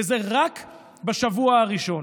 וזה רק בשבוע הראשון.